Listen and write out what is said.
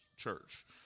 church